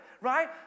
right